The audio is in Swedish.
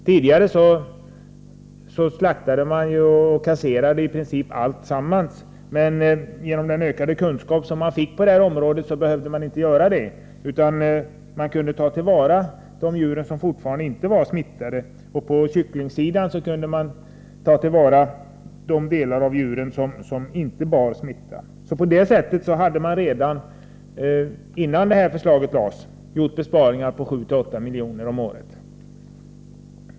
Tidigare slaktade man och kasserade i princip samtliga djur, men genom den ökade kunskap som man har fått på detta område behöver man inte längre göra så. Man kan ta till vara de djur som inte är smittade. I fråga om kycklingar kan man ta till vara de delar av djuren som inte är smittade. På det sättet har man redan innan detta förslag framlades gjort besparingar på 7-8 milj.kr. om året.